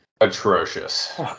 Atrocious